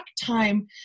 time